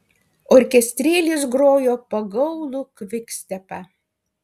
orkestrėlis grojo pagaulų kvikstepą